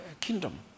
Kingdom